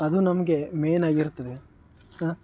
ಅದು ನಮಗೆ ಮೇನಾಗಿ ಇರ್ತದೆ ಹಾಂ